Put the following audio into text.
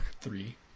three